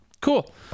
Cool